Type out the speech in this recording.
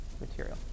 material